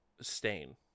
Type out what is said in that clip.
stain